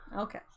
Okay